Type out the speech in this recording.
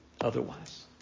otherwise